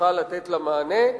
צריכה לתת לה מענה,